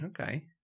Okay